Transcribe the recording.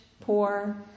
poor